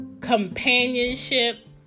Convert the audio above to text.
companionship